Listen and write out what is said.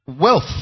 wealth